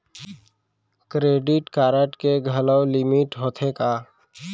Credit card के घलव limit होथे का?